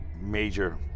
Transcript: major